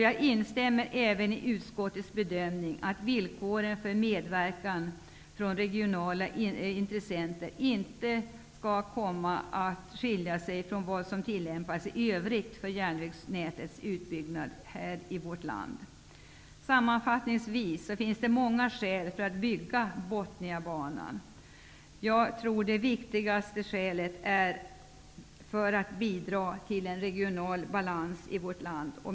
Jag instämmer även i utskottets bedömning att villkoren för medverkan från regionala intressenter inte skall komma att skilja sig från vad som tillämpas i övrigt för utbyggnaden av järnvägsnätet i vårt land. Det finns många skäl för att bygga Botniabanan. Jag tror att det viktigaste skälet är att Botniabanan skall finnas för att bidra till en regional balans i vårt land.